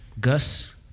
Gus